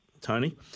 Tony